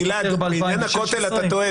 גלעד, בעניין הכותל אתה טועה.